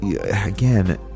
again